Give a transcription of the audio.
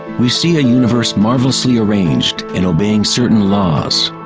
we see a universe marvelously arranged and obeying certain laws.